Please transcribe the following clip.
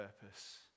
purpose